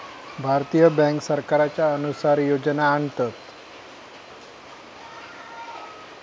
भारतीय बॅन्क सरकारच्या अनुसार योजना आणतत